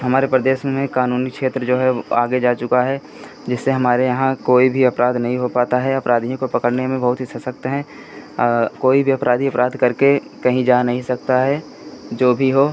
हमारे प्रदेश में क़ानूनी क्षेत्र जो है वे आगे जा चुका है जिससे हमारे यहाँ कोई भी अपराध नहीं हो पाता है अपराधियों को पकड़ने में बहुत ही सशक्त हैं कोई भी अपराधी अपराध करके कहीं जा नहीं सकता है जो भी हो